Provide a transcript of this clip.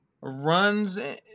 runs